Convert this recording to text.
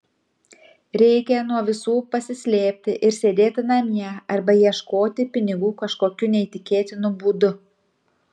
reikia nuo visų pasislėpti ir sėdėti namie arba ieškoti pinigų kažkokiu neįtikėtinu būdu